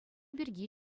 пирки